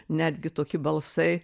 netgi tokie balsai